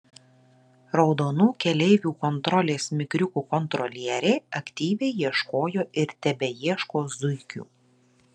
raudonų keleivių kontrolės mikriukų kontrolieriai aktyviai ieškojo ir tebeieško zuikių